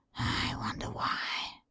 i wonder why?